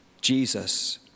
Jesus